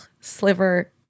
sliver